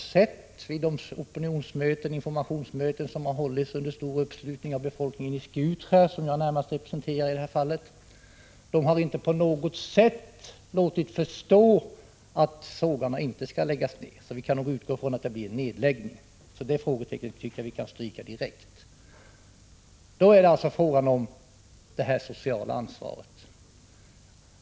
Vid de opinionsoch informationsmöten som har hållits under stor uppslutning av befolkningen i Skutskär, som jag närmast representerar i detta fall, har Stora Kopparbergs representanter inte på något sätt låtit förstå att sågarna inte skall läggas ned. Vi kan nog utgå från att det blir nedläggning, och frågetecknet kan vi därför stryka direkt. Detta är en fråga om det sociala ansvaret.